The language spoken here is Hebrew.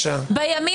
צאי בבקשה.